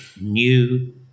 new